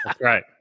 Right